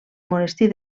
monestir